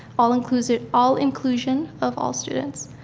all inclusion all inclusion of all students.